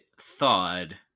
thawed